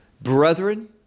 brethren